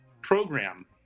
program